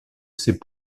ses